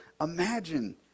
imagine